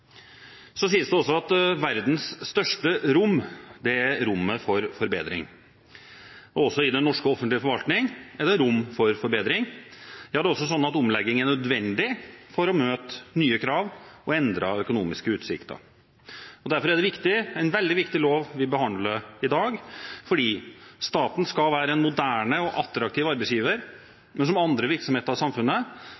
Så sies det også at verdens største rom er rommet for forbedring. Også i den norske offentlige forvaltning er det rom for forbedring. Det er også sånn at omlegging er nødvendig for å møte nye krav og endrede økonomiske utsikter. Derfor er det en veldig viktig lov vi behandler i dag, for staten skal være en moderne og attraktiv arbeidsgiver,